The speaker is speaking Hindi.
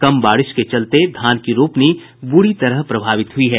कम बारिश के चलते धान की रोपनी बुरी तरह प्रभावित हुयी है